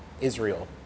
Israel